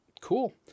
Cool